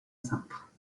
cintre